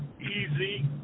easy